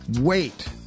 wait